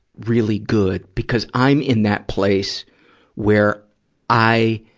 really good, because i'm in that place where i,